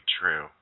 true